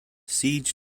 siege